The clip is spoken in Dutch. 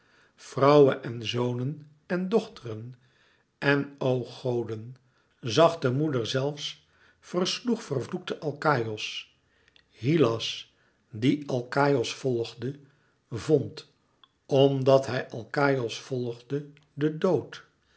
vrouwe en zonen en dochteren en o goden zachte moeder zelfs versloeg vervloekte alkaïos hylas die alkaïos volgde vond omdàt hij alkaïos volgde den dood